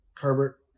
Herbert